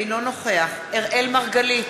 אינו נוכח אראל מרגלית,